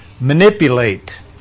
manipulate